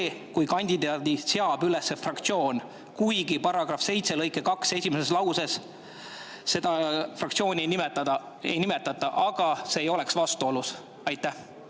kui kandidaadi seab üles fraktsioon. Kuigi § 7 lõike 2 esimeses lauses fraktsiooni ei nimetata, aga see ei oleks vastuolus. Aitäh!